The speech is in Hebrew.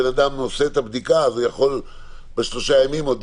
בן אדם עושה את הבדיקה אז הוא יכול בשלושה ימים עוד